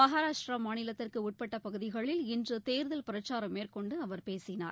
மகாராஷ்டிரா மாநிலத்திற்கு உட்பட்ட பகுதிகளில் இன்று தேர்தல் பிரச்சாரம் மேற்கொண்டு அவர் பேசினார்